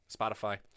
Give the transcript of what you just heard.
Spotify